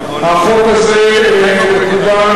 ועל-ידי כך,